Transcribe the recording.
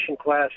class